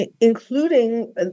including